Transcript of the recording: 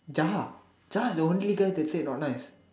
Jahar Jahar is the only girl that said not nice